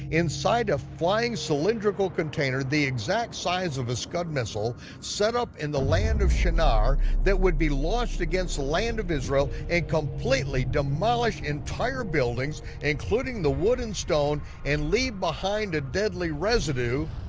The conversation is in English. inside a flying cylindrical container the exact size of a scud missile set up in the land of shinar that would be launched against the land of israel and completely demolish entire buildings, including the wood and stone, and leave behind a deadly residue,